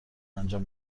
انجام